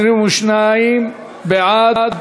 22 בעד,